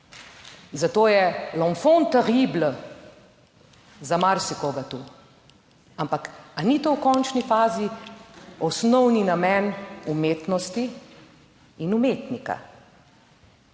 zato je "Enfant terrible" za marsikoga tu, ampak, a ni to v končni fazi osnovni namen umetnosti in umetnika.